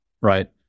right